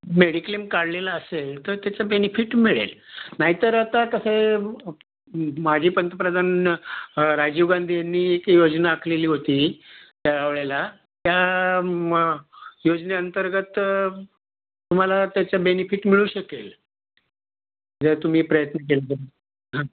mediclaim काढलेलं असेल तर त्याचं बेनिफिट मिळेल नाहीतर आता कसं आहे माजी पंतप्रधान राजीव गांधी यांनी एक योजना आखलेली होती त्यावेळेला त्या मा योजनेअंतर्गत तुम्हाला त्याचं बेनिफिट मिळू शकेल जर तुम्ही प्रयत्न केला तर हां